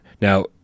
Now